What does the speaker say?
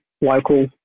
local